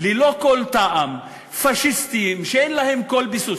ללא כל טעם, פאשיסטיים, שאין להם כל ביסוס.